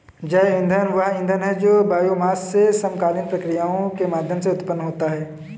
जैव ईंधन वह ईंधन है जो बायोमास से समकालीन प्रक्रियाओं के माध्यम से उत्पन्न होता है